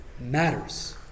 matters